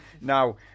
Now